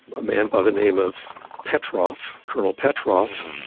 a man by the name of petrov colonel petrov,